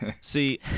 See